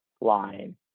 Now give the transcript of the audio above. line